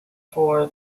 for